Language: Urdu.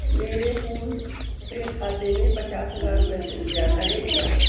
میرے فون پے خاتے میں پچاس ہزار روپئے سے زیادہ ہیں کیا